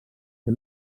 que